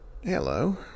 Hello